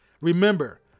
Remember